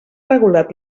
regulat